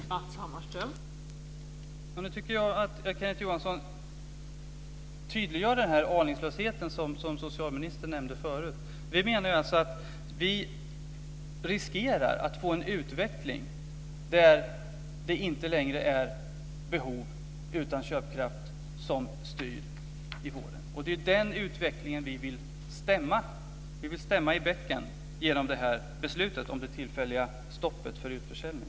Fru talman! Nu tycker jag att Kenneth Johansson tydliggör den aningslöshet som socialministern talade om tidigare. Vi riskerar att få en utveckling där det inte längre är behov utan köpkraft som styr i vården. Vi vill stämma i bäcken när det gäller denna utveckling genom beslutet om ett tillfälligt stopp för utförsäljning.